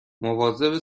مواظب